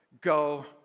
go